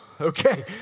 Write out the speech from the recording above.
Okay